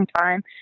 time